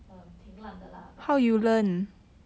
um 挺烂的 lah but I tried lor